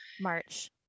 March